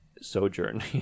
sojourn